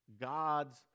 God's